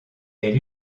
est